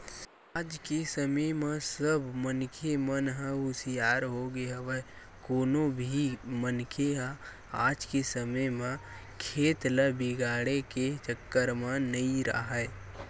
आज के समे म सब मनखे मन ह हुसियार होगे हवय कोनो भी मनखे ह आज के समे म खेत ल बिगाड़े के चक्कर म नइ राहय